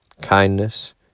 kindness